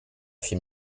film